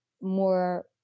more